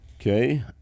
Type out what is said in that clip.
Okay